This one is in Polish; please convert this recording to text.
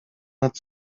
nad